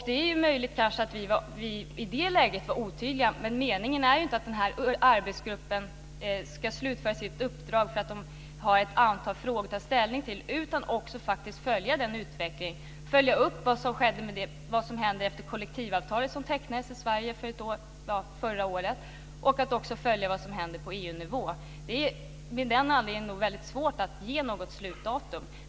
Det är möjligt att vi i det läget var otydliga, men meningen är inte att arbetsgruppen ska slutföra sitt uppdrag i och med att de har ett antal frågor att ta ställning till utan faktiskt också följa utvecklingen, följa upp vad som händer efter det kollektivavtal som tecknades i Sverige förra året och vad som händer på EU-nivå. Det är av den anledningen väldigt svårt att ge något slutdatum.